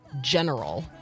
general